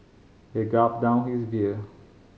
he gulped down his beer